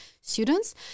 students